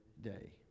day